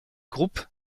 group